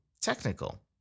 technical